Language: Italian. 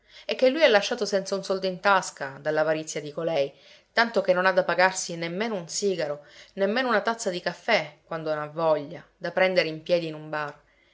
e che lui è lasciato senza un soldo in tasca dall'avarizia di colei tanto che non ha da pagarsi nemmeno un sigaro nemmeno una tazza di caffè quando n'ha voglia da prendere in piedi in un bar